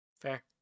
Fair